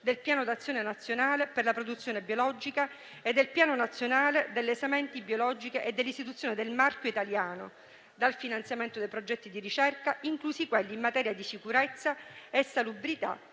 del Piano d'azione nazionale per la produzione biologica e i prodotti biologici e del Piano nazionale delle sementi biologiche, per l'istituzione del marchio italiano, per il finanziamento dei progetti di ricerca, inclusi quelli in materia di sicurezza e salubrità